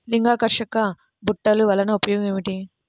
లింగాకర్షక బుట్టలు వలన ఉపయోగం ఏమిటి?